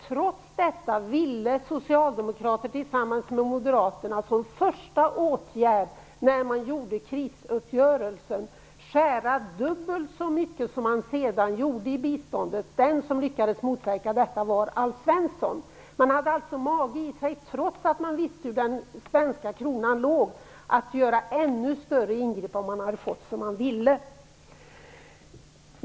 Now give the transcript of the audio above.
Trots detta ville socialdemokraterna tillsammans med moderaterna som första åtgärd när man träffade krisuppgörelsen skära dubbelt så mycket i biståndet som man sedan gjorde. Den som lyckades motverka detta var Alf Svensson. Trots att man visste hur värdet på den svenska kronan var hade man alltså mage att göra ännu större ingrepp om man hade fått som man ville.